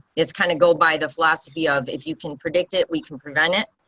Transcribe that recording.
is kind of go by the philosophy of if you can predict it, we can prevent it.